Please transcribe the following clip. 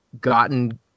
gotten